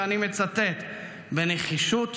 ואני מצטט: "בנחישות,